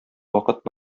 вакыт